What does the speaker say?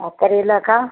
और करेला का